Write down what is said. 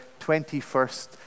21st